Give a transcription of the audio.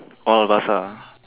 all of us ah